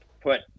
put